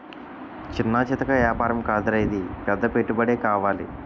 చిన్నా చితకా ఏపారం కాదురా ఇది పెద్ద పెట్టుబడే కావాలి